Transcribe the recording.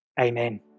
amen